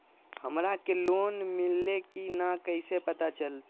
हमरा के लोन मिल्ले की न कैसे पता चलते?